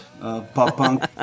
pop-punk